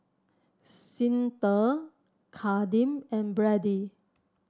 Cyntha Kadeem and Brady